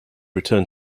return